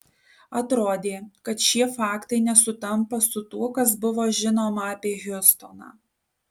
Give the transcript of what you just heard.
atrodė kad šie faktai nesutampa su tuo kas buvo žinoma apie hiustoną